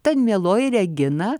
tad mieloji regina